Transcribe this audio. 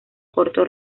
corto